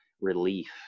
relief